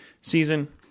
season